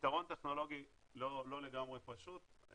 פתרון טכנולוגי לא לגמרי פשוט,